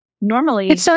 normally